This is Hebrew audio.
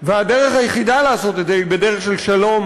והדרך היחידה לעשות את זה היא בדרך של שלום,